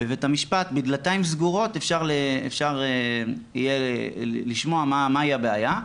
בבית המשפט בדלתיים סגורות אפשר יהיה לשמוע מהי הבעיה,